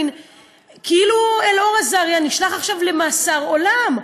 כאילו אלאור אזריה נשלח עכשיו למאסר עולם.